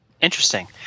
Interesting